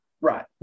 right